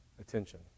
attention